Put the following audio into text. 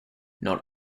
not